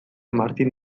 martin